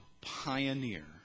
pioneer